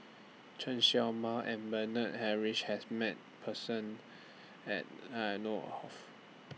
Chen Show Mao and Bernard Harrison has Met Person At I know of